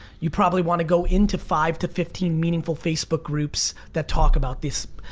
you probably want to go into five to fifteen meaningful facebook groups that talk about this.